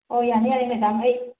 ꯑꯣ ꯌꯥꯅꯤ ꯌꯥꯅꯤ ꯃꯦꯗꯥꯝ ꯑꯩ